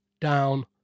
down